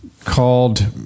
called